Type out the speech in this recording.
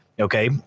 okay